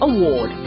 Award